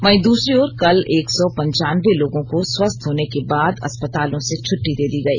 वहीं दूसरी ओर कल एक सौ पन्चानबे लोगों को स्वस्थ होने के बाद अस्पतालों से छुट्टडी दे दी गई